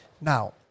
Now